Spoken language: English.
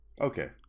Okay